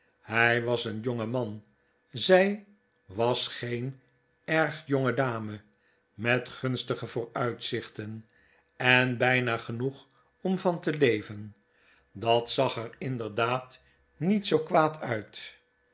gunstige vooruitzichten en bijna genoeg om van te leven dat zag er inderdaad niet zoo kwaad uit